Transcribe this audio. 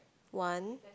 one